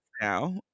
now